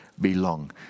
belong